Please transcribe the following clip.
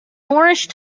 moorish